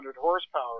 horsepower